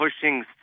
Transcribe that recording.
pushing